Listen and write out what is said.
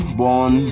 born